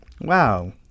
Wow